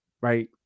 right